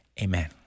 Amen